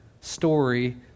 story